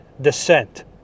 descent